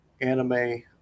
Anime